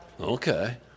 Okay